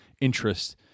interest